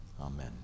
Amen